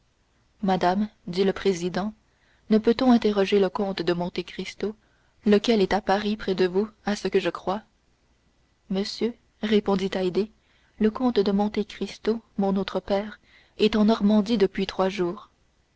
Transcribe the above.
madame dit le président ne peut-on interroger le comte de monte cristo lequel est à paris près de vous à ce que je crois monsieur répondit haydée le comte de monte cristo mon autre père est en normandie depuis trois jours